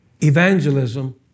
evangelism